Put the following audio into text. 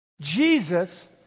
Jesus